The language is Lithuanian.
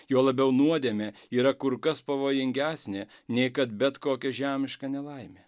juo labiau nuodėmė yra kur kas pavojingesnė nei kad bet kokia žemiška nelaimė